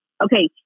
Okay